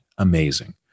Amazing